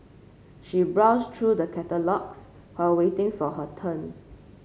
she browsed through the catalogues while waiting for her turn